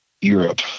Europe